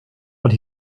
but